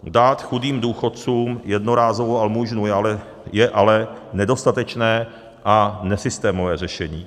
Dát chudým důchodcům jednorázovou almužnu je ale nedostatečné a nesystémové řešení.